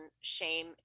shame